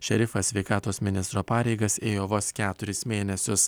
šerifas sveikatos ministro pareigas ėjo vos keturis mėnesius